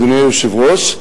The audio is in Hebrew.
אדוני היושב-ראש,